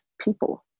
people